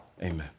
amen